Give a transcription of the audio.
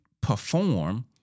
perform